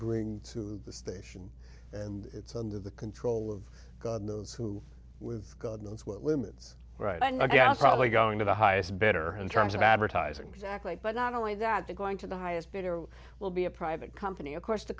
bring to the station and it's under the control of god knows who god knows what limits right and i guess probably going to the highest better in terms of advertising exactly but not only that they're going to the highest bidder will be a private company of course the